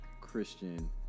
Christian